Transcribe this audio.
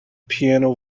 piano